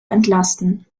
entlasten